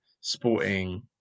sporting